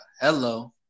Hello